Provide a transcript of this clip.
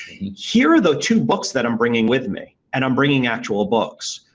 here are the two books that i'm bringing with me and i'm bringing actual books.